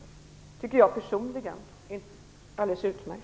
Jag tycker personligen att det är alldeles utmärkt.